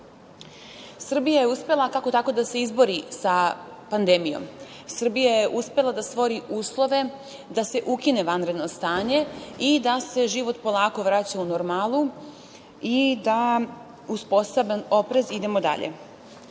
je uspela kako-tako da se izbori sa pandemijom. Srbija je uspela da stvori uslove da se ukine vanredno stanje i da se život polako vraća u normalu i da uz poseban oprez idemo dalje. Država